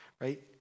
right